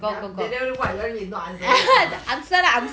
ya then then what you want me to not answer it ah